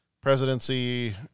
presidency